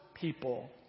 people